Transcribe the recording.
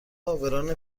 عابران